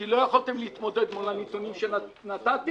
כי לא יכולתם להתמודד מול הנתונים שנתתי.